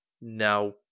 Now